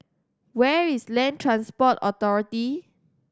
where is Land Transport Authority